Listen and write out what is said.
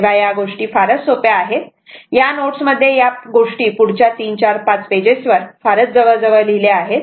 तेव्हा या गोष्टी फारच सोप्या आहेत या नोट्स मध्ये या गोष्टी पुढच्या 345 पेजेस वर फारच जवळ जवळ लिहिल्या आहेत